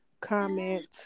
comment